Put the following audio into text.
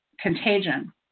contagion